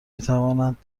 میتوانند